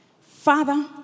Father